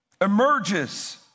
emerges